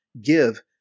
give